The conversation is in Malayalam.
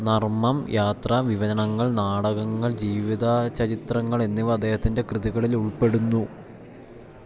നർമ്മം യാത്രാവിവരണങ്ങൾ നാടകങ്ങൾ ജീവിതാ ചരിത്രങ്ങൾ എന്നിവ അദ്ദേഹത്തിന്റെ കൃതികളിൽ ഉൾപ്പെടുന്നു